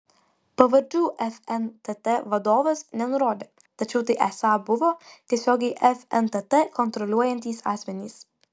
pavardžių fntt vadovas nenurodė tačiau tai esą buvo tiesiogiai fntt kontroliuojantys asmenys